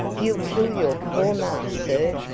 you'll kill your poor ma, sir.